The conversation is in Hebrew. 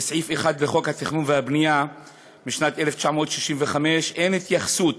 שבסעיף 1 לחוק התכנון והבנייה משנת 1965 אין התייחסות